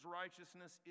righteousness